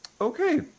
Okay